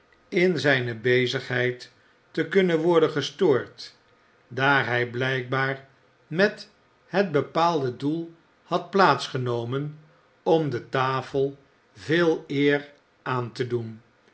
in zijne bezigheid te kunnen worden gestoord daar hij blijkbaar met het bepaalde doel had plaats genomen om de tafel veel eer aan te doen